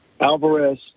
Alvarez